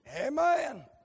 Amen